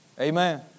Amen